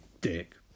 dick